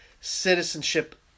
citizenship